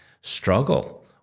struggle